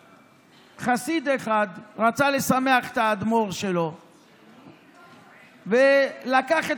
חסיד אחד רצה לשמח את האדמו"ר שלו ולקח את